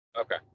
Okay